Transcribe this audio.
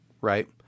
right